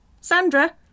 Sandra